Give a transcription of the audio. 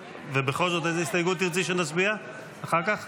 ובכל זאת, על איזו הסתייגות תרצי שנצביע אחר כך?